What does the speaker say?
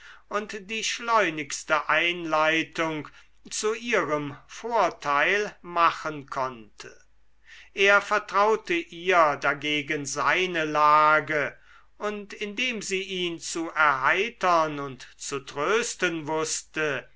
und die schleunigste einleitung zu ihrem vorteil machen konnte er vertraute ihr dagegen seine lage und indem sie ihn zu erheitern und zu trösten wußte